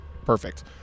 Perfect